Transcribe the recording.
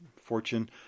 fortune